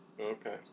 Okay